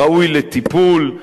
ראוי לטיפול,